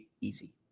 easy